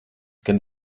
kad